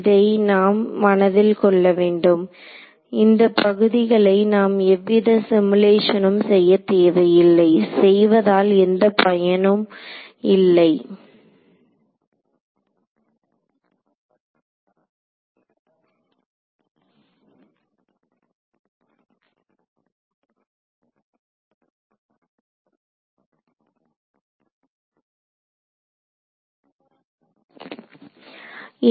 இதை நாம் மனதில் கொள்ள வேண்டும் இந்த பகுதிகளை நாம் எவ்வித சிமுலேஷனும் செய்ய தேவையில்லை செய்வதால் எந்த பயனும் இல்லை